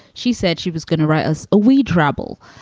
she said she was gonna write us a wee drabble.